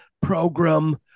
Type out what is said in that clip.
program